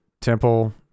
temple